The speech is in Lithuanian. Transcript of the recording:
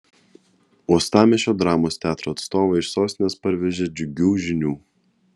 uostamiesčio dramos teatro atstovai iš sostinės parvežė džiugių žinių